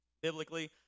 Biblically